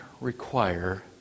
require